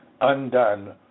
undone